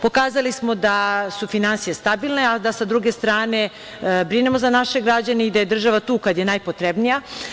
Pokazali smo da su finansije stabilne, a da sa druge strane, brinemo za naše građane i da je država tu kada je najpotrebnija.